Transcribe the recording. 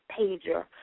pager